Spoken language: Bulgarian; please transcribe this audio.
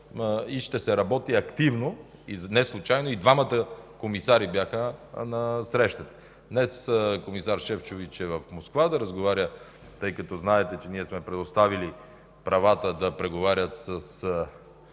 и ще се работи активно. Неслучайно и двамата комисари бяха на срещата. Днес комисар Шефчович е в Москва да разговаря, тъй като знаете, че ние сме предоставили правата да преговарят с